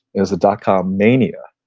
it was a dotcom mania.